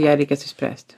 ją reikės išspręsti